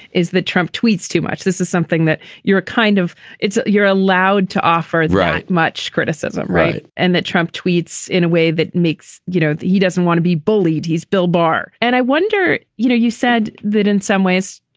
is the trump tweets too much? this is something that you're kind of it's you're allowed to offer much criticism. right. and that trump tweets in a way that makes, you know, he doesn't want to be bullied. he's bill barr. and i wonder, you know, you said that in some ways.